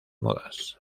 modas